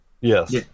Yes